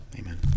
amen